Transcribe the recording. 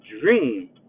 dream